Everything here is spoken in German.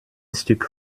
stück